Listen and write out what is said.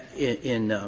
in